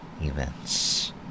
events